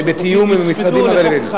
זה בתיאום עם המשרדים.